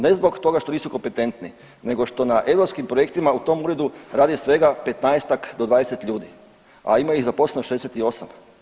Ne zbog toga što nisu kompetentni nego što na europskim projektima u tom uredu radi svega 15-tak do 20 ljudi, a ima ih zaposleno 68.